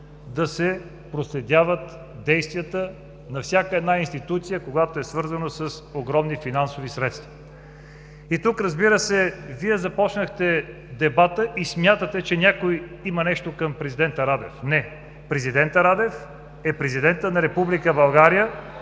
да се проследяват действията на всяка една институция, когато е свързано с огромни финансови средства. Тук, разбира се, Вие започнахте дебата и смятате, че някой има нещо към президента Радев. Не, президентът Радев е президент на Република